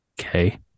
Okay